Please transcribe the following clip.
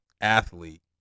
athlete